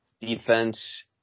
defense